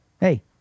Hey